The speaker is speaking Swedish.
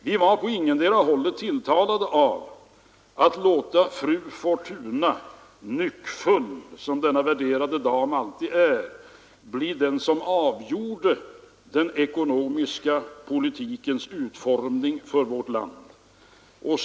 Vi var på ingetdera hållet tilltalade av att låta fru Fortuna — så nyckfull som denna värderade dam alltid är — bli den som avgjorde den ekonomiska politikens utformning för vårt land.